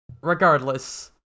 regardless